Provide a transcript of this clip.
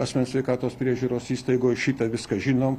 asmens sveikatos priežiūros įstaigoj šitą viską žinom